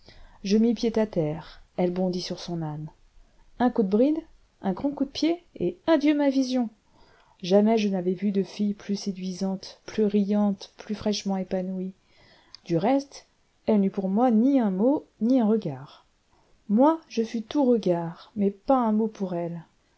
je mis pied à terre elle bondit sur son âne un coup de bride un grand coup de pied et adieu ma vision jamais je n'avais vu de fille plus séduisante plus riante plus fraîchement épanouie du reste elle n'eut pour moi ni un mot ni un regard moi je fus tout regard mais pas un mot pour elle